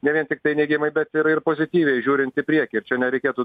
ne vien tiktai neigiamai bet ir ir pozityviai žiūrint į priekį ir čia nereikėtų